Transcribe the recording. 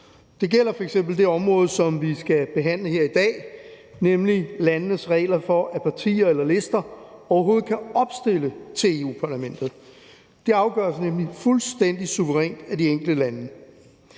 Det gælder f.eks. det område, som vi skal behandle her i dag, nemlig landenes regler for, at partier eller lister overhovedet kan opstille til Europa-Parlamentet. Det afgøres nemlig fuldstændig suverænt af de enkelte lande.